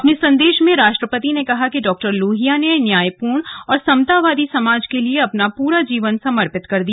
अपने संदेश में राष्ट्रपति ने कहा कि डॉक्टर लोहिया ने न्यायपूर्ण और समतावादी समाज के लिए अपना पूरा जीवन समर्पित कर दिया